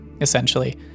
essentially